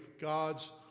God's